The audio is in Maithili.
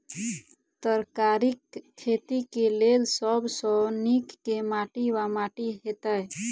तरकारीक खेती केँ लेल सब सऽ नीक केँ माटि वा माटि हेतै?